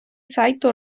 сайту